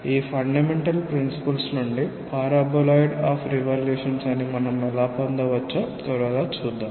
ఈ fundamental principles నుండి paraboloid of revolution అని మనం ఎలా పొందవచ్చో త్వరగా చూద్దాం